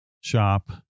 shop